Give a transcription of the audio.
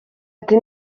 ati